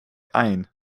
ein